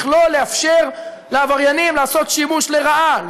שלא לאפשר לעבריינים לעשות שימוש לרעה,